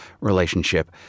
relationship